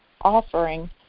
offering